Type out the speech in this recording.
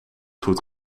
goed